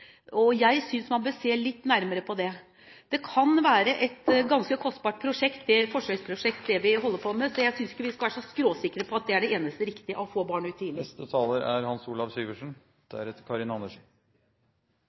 og jeg synes man bør se litt nærmere på det. Det vi holder på med, kan være et ganske kostbart forsøksprosjekt, så jeg synes ikke vi skal være så skråsikre på at det å få barna ut tidlig er det eneste riktige. En liten kommentar til Arild Stokkan-Grandes innlegg, ikke minst knyttet til spørsmålet om hva en aktiv familiepolitikk egentlig er: